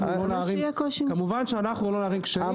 אנחנו לא נערים קשיים.